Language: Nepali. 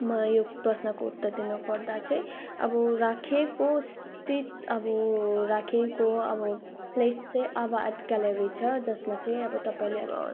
मैले यो प्रश्नको उत्तर दिन पर्दा चाहिँ अब राखेको स्थित अब राखेको अब प्लेस चाहिँ आभा आर्ट ग्यालेरी छ जसमा चाहिँ अब तपाईँले अब